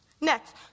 Next